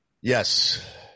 Yes